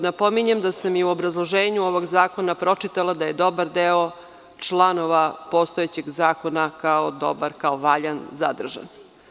Napominjem da sam i u obrazloženju ovog zakona pročitala da je dobar deo članova postojećeg zakona kao dobar, kao valjan zadržan.